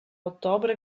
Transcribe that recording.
ottobre